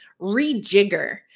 rejigger